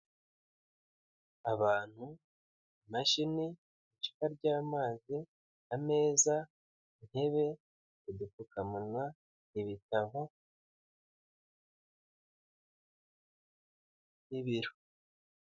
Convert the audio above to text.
Abantu, imashini, icupa ry'amazi, ameza, intebe, udupfukamunwa, ibitabo, ibiro.